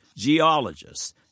geologists